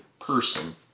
person